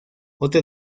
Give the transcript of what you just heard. otra